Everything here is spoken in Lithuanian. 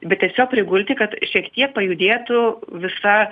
bet tiesiog prigulti kad šiek tiek pajudėtų visa